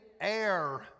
air